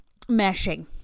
meshing